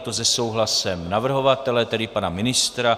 Je to se souhlasem navrhovatele, tedy pana ministra.